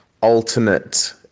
alternate